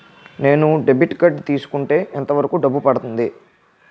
నేను debit card తీసుకుంటే ఎంత వరకు డబ్బు పడుతుంది?